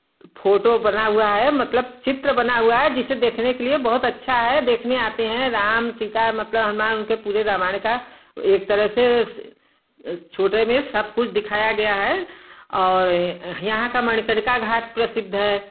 photo बना हुआ है मतलब चित्र बना हुआ है जिसे देखने के लिए बहुत अच्छा है देखने आते हैं राम सीता मतलब हनुमान उनके पूरे रामायण का एक तरह से छोटे में सब कुछ दिखाया गया है और यहाँ का मणिकर्णिका घाट प्रसिद्ध है